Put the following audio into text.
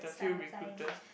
start applying